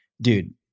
dude